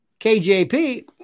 KJP